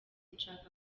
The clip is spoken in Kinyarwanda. nshaka